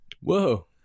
Whoa